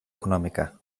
econòmica